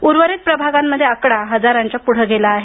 उर्वरित प्रभागामध्ये आकडा हजाराच्या पुढे गेला आहे